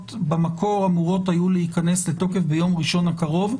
במקור אמורות היו להיכנס לתוקף ביום ראשון הקרוב,